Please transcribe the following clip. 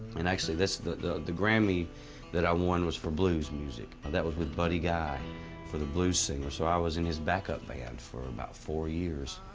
and actually the the grammy that i won was for blues music. and that was with buddy guy for the blues singer. so i was in his backup band for about four years.